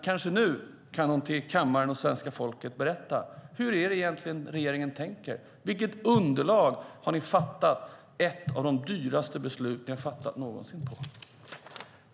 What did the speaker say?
Kanske kan hon nu för kammaren och svenska folket berätta hur regeringen egentligen tänker. På vilket underlag har regeringen fattat ett av de dyraste beslut man någonsin fattat?